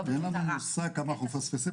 אין לנו מושג כמה אנחנו מפספסים,